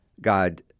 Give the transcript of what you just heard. God